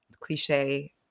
cliche